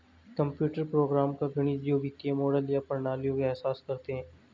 computer program का गणित जो वित्तीय मॉडल या प्रणालियों का एहसास करते हैं